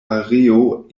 areo